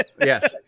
Yes